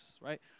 right